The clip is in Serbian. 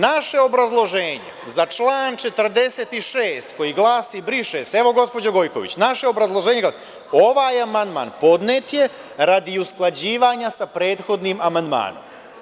Naše obrazloženje za član 46, koji glasi „briše se“, evo, gospođo Gojković – ovaj amandman podnet je radi usklađivanja sa prethodnim amandmanom.